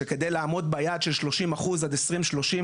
וכדי לעמוד ביעד של 30% עד 2023,